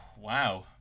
Wow